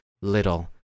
little